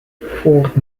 fort